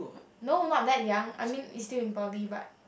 no not that young I mean it's still in poly but